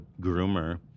groomer